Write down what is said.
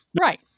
right